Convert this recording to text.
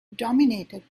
dominated